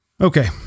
Okay